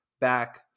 back